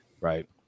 right